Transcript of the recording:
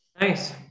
Nice